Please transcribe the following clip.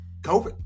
COVID